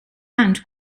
and